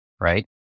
right